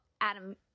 Adam